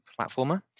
platformer